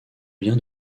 bien